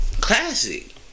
Classic